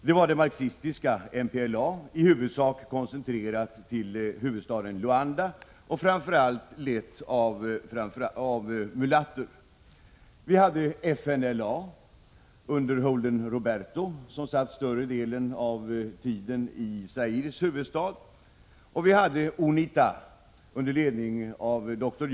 Det var dels det marxistiska MPLA, i huvudsak koncentrerat till huvudstaden Luanda och framför allt lett av mulatter, dels FNLA under Holden Roberto, som större delen av tiden satt i Zaires huvudstad, och dels UNITA under ledning av dr.